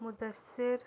Mudassir